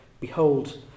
Behold